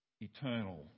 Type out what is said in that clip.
eternal